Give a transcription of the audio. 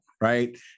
Right